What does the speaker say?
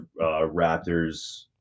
Raptors